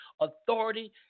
authority